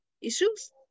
issues